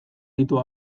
ditu